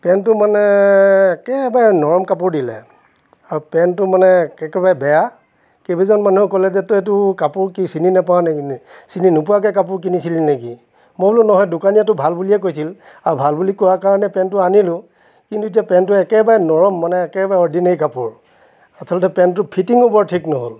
পেন্টটো মানে একেবাৰে নৰম কাপোৰ দিলে আৰু পেন্টটো মানে একেবাৰে বেয়া কেইবাজন মানুহেও ক'লে যে তই এইটো কাপোৰ কি চিনি নাপাৱ নি নি চিনি নোপোৱাকৈ কাপোৰ কিনিছিলি নেকি মই বোলো নহয় দোকানীয়েতো ভাল বুলিয়ে কৈছিল আৰু ভাল বুলি কোৱাৰ কাৰণে পেন্টটো আনিলোঁ কিন্তু এতিয়া পেন্টটো একেবাৰে নৰম মানে একেবাৰে অৰ্দিনাৰি কাপোৰ আচলতে পেন্টটোৰ ফিটিঙো বৰ ঠিক নহ'ল